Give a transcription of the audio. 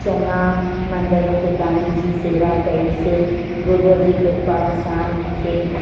चङा मंदर टिकाणनि जी सेवा कईसे गुरूअ जी कृपा सां मूंखे